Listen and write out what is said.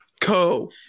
Co